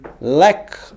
lack